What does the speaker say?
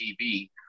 tv